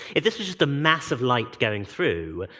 if this was just a massive light going through,